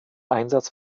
einsatz